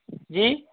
जी